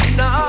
no